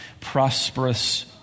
prosperous